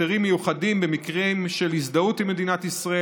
היתרים מיוחדים במקרים של הזדהות עם מדינת ישראל,